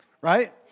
Right